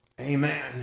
amen